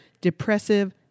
depressive